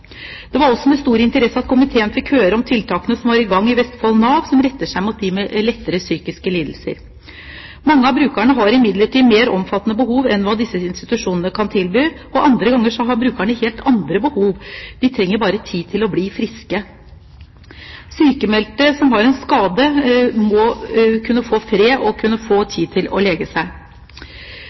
Det var også med stor interesse at komiteen fikk høre om tiltakene som er i gang i Vestfold Nav, som retter seg mot dem med lettere psykiske lidelser. Mange av brukerne har imidlertid mer omfattende behov enn hva disse institusjonene kan tilby, og andre ganger har brukerne helt andre behov – de trenger bare tid til å bli friske. Sykmeldte som har en skade, må kunne få fred og må kunne få tid til å